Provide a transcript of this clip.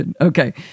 Okay